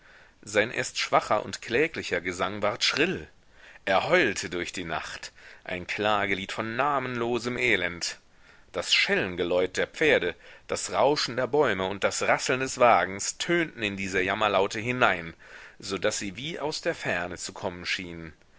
sein erst schwacher und kläglicher gesang ward schrill er heulte durch die nacht ein klagelied von namenlosem elend das schellengeläut der pferde das rauschen der bäume und das rasseln des wagens tönten in diese jammerlaute hinein so daß sie wie aus der ferne zu kommen schienen